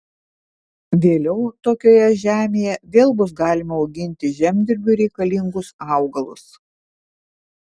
vėliau tokioje žemėje vėl bus galima auginti žemdirbiui reikalingus augalus